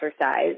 exercise